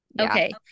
Okay